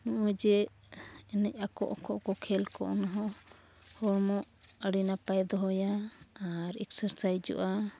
ᱱᱚᱜᱼᱚᱭ ᱡᱮ ᱮᱱᱮᱡ ᱟᱠᱚ ᱩᱠᱩ ᱩᱠᱩ ᱠᱷᱮᱞ ᱠᱚ ᱚᱱᱟᱦᱚᱸ ᱦᱚᱲᱢᱚ ᱟᱹᱰᱤ ᱱᱟᱯᱟᱭᱮ ᱫᱚᱦᱚᱭᱟᱭ ᱟᱨ ᱮᱠᱥᱮᱥᱟᱭᱤᱡᱚᱜᱼᱟ